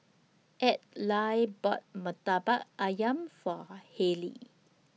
Adlai bought Murtabak Ayam For